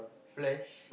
flash